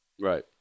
Right